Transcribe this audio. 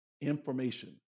information